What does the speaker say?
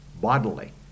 bodily